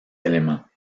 éléments